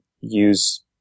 use